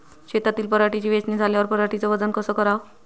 शेतातील पराटीची वेचनी झाल्यावर पराटीचं वजन कस कराव?